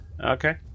Okay